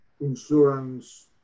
insurance